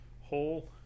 hole